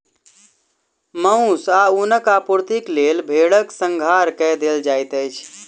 मौस आ ऊनक आपूर्तिक लेल भेड़क संहार कय देल जाइत अछि